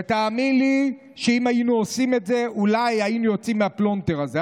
ותאמין לי שאם היינו עושים את זה אולי היינו יוצאים מהפלונטר הזה.